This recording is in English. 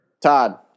Todd